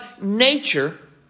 nature